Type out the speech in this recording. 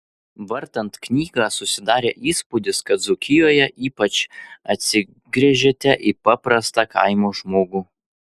vartant knygą susidarė įspūdis kad dzūkijoje ypač atsigręžėte į paprastą kaimo žmogų